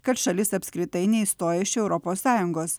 kad šalis apskritai neišstoja iš europos sąjungos